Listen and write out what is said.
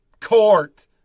court